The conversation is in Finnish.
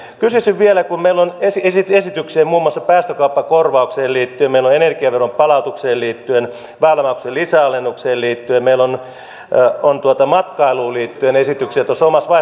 kysyisin vielä kun meillä on esityksiä muun muassa päästökaupan korvaukseen liittyen meillä on energiaveron palautukseen liittyen väylämaksujen lisäalennukseen liittyen meillä on matkailuun liittyen tuossa omassa vaihtoehtobudjetissa